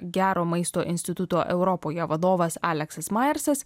gero maisto instituto europoje vadovas aleksas maersas